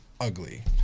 Ugly